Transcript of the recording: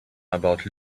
about